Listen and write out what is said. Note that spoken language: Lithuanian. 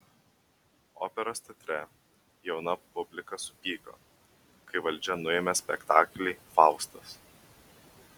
operos teatre jauna publika supyko kai valdžia nuėmė spektaklį faustas